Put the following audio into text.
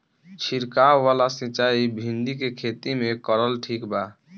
छीरकाव वाला सिचाई भिंडी के खेती मे करल ठीक बा?